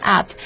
App